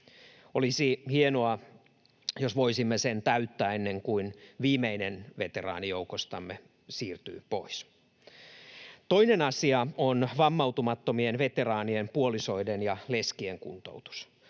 Olisi hienoa, jos voisimme sen täyttää ennen kuin viimeinen veteraani joukostamme siirtyy pois. Toinen asia on vammautumattomien veteraanien puolisoiden ja leskien kuntoutus.